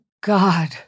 God